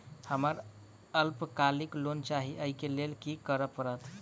हमरा अल्पकालिक लोन चाहि अई केँ लेल की करऽ पड़त?